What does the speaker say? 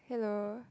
hello